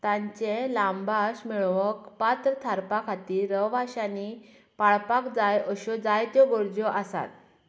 तांचे लाबांश मेळोवंक पात्र थारपा खातीर रहवाशांनी पाळपाक जाय अश्यो जायत्यो गरजो आसात